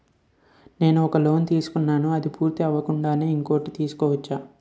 నేను ఒక లోన్ తీసుకున్న, ఇది పూర్తి అవ్వకుండానే ఇంకోటి తీసుకోవచ్చా?